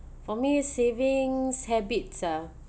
for me savings habits ah